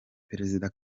perezida